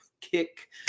kick